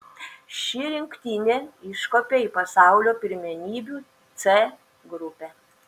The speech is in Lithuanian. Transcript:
ši rinktinė iškopė į pasaulio pirmenybių c grupę